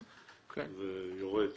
ויורד.